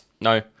No